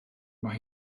mae